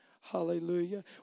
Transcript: hallelujah